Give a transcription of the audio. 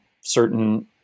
certain